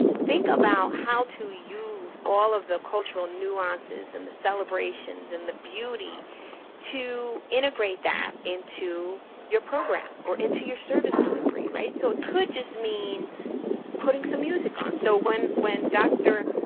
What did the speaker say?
think about how to use all of the cultural nuances and the celebrations and the beauty to integrate that into your program or into your service delivery, right? so it could just mean putting some music on, so when when dr.